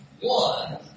one